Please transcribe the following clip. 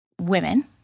women